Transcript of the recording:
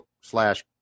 slash